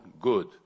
good